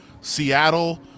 Seattle